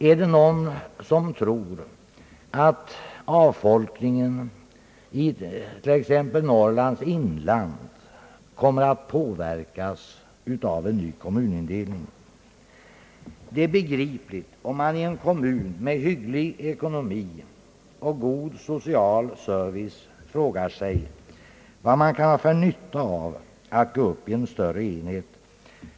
Är det någon som tror, att t.ex. avfolkningen i Norrlands inland kommer att påverkas av en ny kommunindelning? Det är begripligt, om man i en kommun t.ex. i min egen hemkommun med hygglig ekonomi och god social service frågar sig vad man kan ha för nytta av att gå upp i en större enhet.